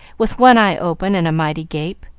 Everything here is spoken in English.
with one eye open and a mighty gape.